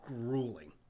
grueling